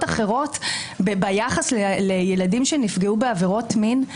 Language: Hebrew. אחרות ביחס לילדים שנפגעו בעבירות מין?